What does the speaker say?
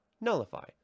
Nullify